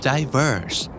Diverse